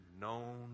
known